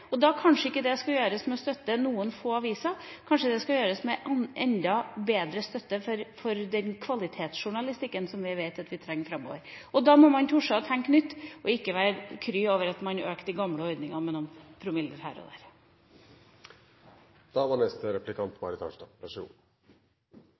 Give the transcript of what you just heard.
og kanskje ikke det skal gjøres med å støtte noen få aviser. Kanskje det skal gjøres med en enda bedre støtte for kvalitetsjournalistikken som vi vet vi trenger framover. Da må man tore å tenke nytt, og ikke være kry over at man økte de gamle ordningene med noen promiller her og der. Representanten Skei Grande sa at det bare var